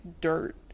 dirt